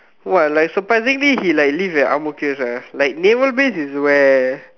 !wah! like surprisingly he like live at Ang-Mo-Kio sia like naval base is where